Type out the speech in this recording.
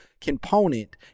component